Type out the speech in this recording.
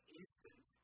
instant